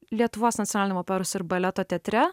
lietuvos nacionaliniam operos ir baleto teatre